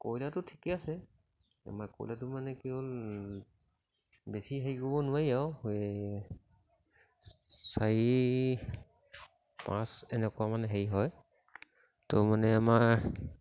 কয়লাৰটো ঠিকে আছে আমাৰ কয়লাৰটো মানে কি হ'ল বেছি হেৰি কৰিব নোৱাৰি আৰু এই চাৰি পাঁচ এনেকুৱা মানে হেৰি হয় তো মানে আমাৰ